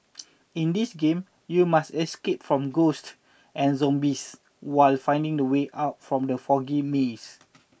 in this game you must escape from ghosts and zombies while finding the way out from the foggy maze